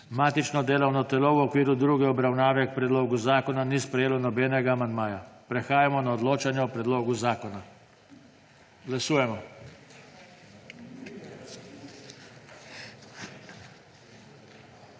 Matično delovno telo v okviru druge obravnave predloga zakona ni sprejelo nobenega amandmaja. Prehajamo na odločanje o predlogu zakona. Glasujemo.